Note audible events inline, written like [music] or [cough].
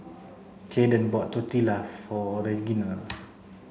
Kaeden bought Tortillas for Reginal [noise]